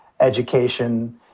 education